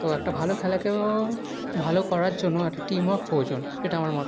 তো একটা ভালো খেলাকেও ভালো করার জন্য একটা টিমওয়ার্ক প্রয়োজন এটা আমার মত